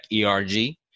ERG